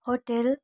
hotel